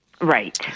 Right